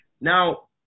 Now